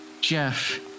Jeff